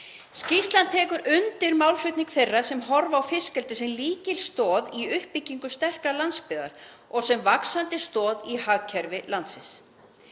Skýrslan tekur undir málflutning þeirra sem horfa á fiskeldi sem lykilstoð í uppbyggingu sterkrar landsbyggðar og sem vaxandi stoð í hagkerfi landsins.